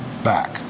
back